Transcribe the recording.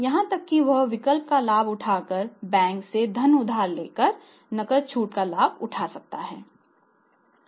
यहां तक कि वह विकल्प का लाभ उठाकर बैंक से धन उधार लेकर नकद छूट का लाभ उठा सकता है